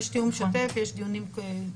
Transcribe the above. יש תיאום שוטף ויש דיונים קבועים.